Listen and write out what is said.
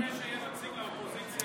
אני מבקש שיהיה נציג לאופוזיציה,